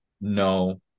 No